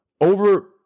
over